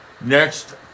next